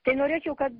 tai norėčiau kad